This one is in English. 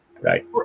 Right